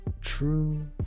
true